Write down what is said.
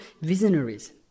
visionaries